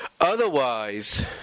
Otherwise